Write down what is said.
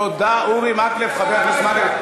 תודה, אורי מקלב, חבר הכנסת מקלב.